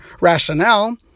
rationale